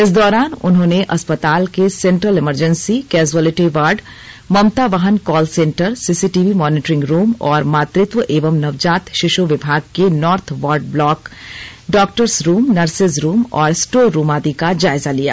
इस दौरान उन्होंने अस्पताल के central emergency casualty ward Mamta वाहन call centre CCTV monitoring room और मातृत्व एवं नवजात शिश् विभाग के north ward block doctors room nurses room और स्टोर रूम आदि का जायजा लिया